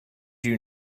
you